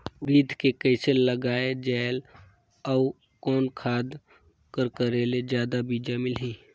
उरीद के कइसे लगाय जाले अउ कोन खाद कर करेले जादा बीजा मिलही?